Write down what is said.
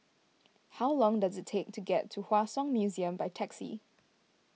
how long does it take to get to Hua Song Museum by taxi